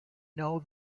know